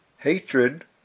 Hatred